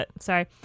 Sorry